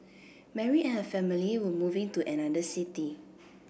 Mary and her family were moving to another city